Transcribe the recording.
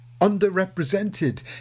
underrepresented